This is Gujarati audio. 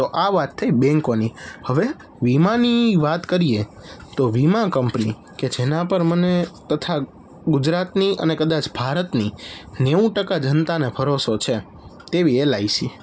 તો આ વાત થઈ બૅન્કોની હવે વીમાની વાત કરીએ તો વીમા કંપની કે જેના પર મને તથા ગુજરાતની અને કદાચ ભારતની નેવું ટકા જનતાને ભરોસો છે તેવી એલઆઈસી